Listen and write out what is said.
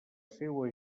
seua